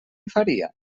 faria